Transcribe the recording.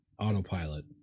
autopilot